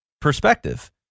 perspective